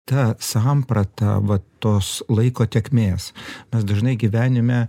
tą sampratą vat tos laiko tėkmės mes dažnai gyvenime